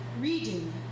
reading